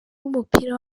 w’umupira